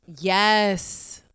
Yes